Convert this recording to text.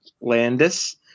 Landis